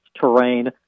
terrain